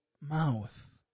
mouth